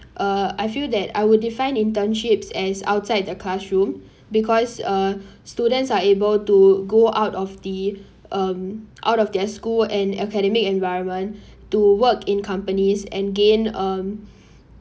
uh I feel that I would define internships as outside the classroom because uh students are able to go out of the um out of their school and academic environment to work in companies and gain um